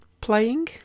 playing